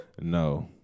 no